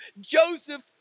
Joseph